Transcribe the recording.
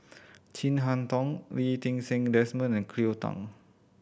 Chin Harn Tong Lee Ti Seng Desmond and Cleo Thang